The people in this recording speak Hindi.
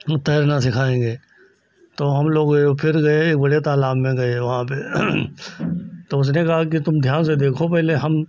हम तैरना सिखाएँगे तो हम लोग गए और फिर गए बड़े तालाब में गए वहाँ पर तो उसने कहा कि तुम ध्यान से देखो पहले हम